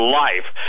life